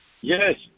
Yes